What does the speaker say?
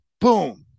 boom